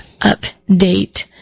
update